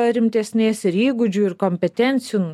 rimtesnės ir įgūdžių ir kompetencijų